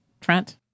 Trent